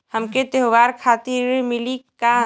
हमके त्योहार खातिर ऋण मिली का?